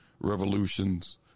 revolutions